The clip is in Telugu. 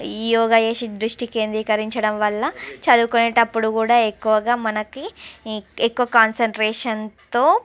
ఈ యోగా చేసి దృష్టి కేంద్రీకరించడం వల్ల చదువుకునేటప్పుడు కూడా ఎక్కువగా మనకుఎక్కువ కాన్సన్ట్రేషన్తో